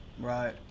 Right